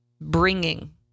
bringing